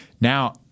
Now